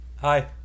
Hi